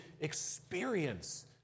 experience